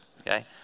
okay